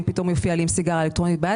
פתאום הוא יופיע לי עם סיגריה אלקטרונית ביד.